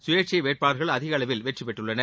சுயேச்சை வேட்பாளர்கள் அதிகளவில் வெற்றிபெற்றுள்ளனர்